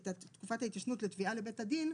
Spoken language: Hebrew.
את תקופת ההתיישנות לתביעה לבית הדין,